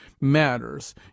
matters